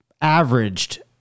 averaged